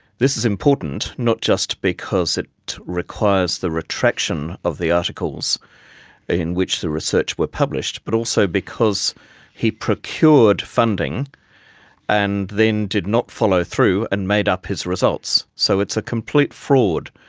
this is important, not just because it requires the retraction of the articles in which the research were published, but also because he procured funding and then did not follow through and made up his results. so it's a complete fraud,